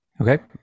okay